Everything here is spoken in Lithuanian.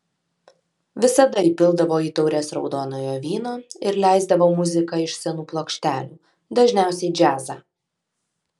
visada įpildavo į taures raudonojo vyno ir leisdavo muziką iš senų plokštelių dažniausiai džiazą